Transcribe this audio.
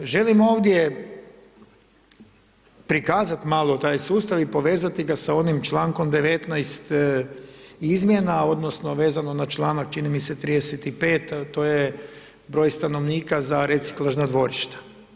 Želim ovdje, prikazati malo taj sustav i povezati ga sa onim člankom 19. izmjena odnosno, vezano na članak, čini mi se 35, a to je broj stanovnika za reciklaža dvorišta.